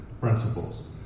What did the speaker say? principles